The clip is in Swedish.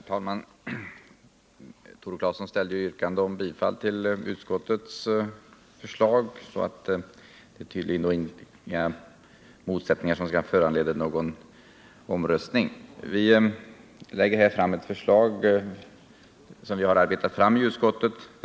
Herr talman! Tore Claeson ställde yrkande om bifall till utskottets hemställan. Det råder tydligen inga motsättningar som skall föranleda någon omröstning. Vi lägger här fram ett förslag som vi har arbetat fram i utskottet.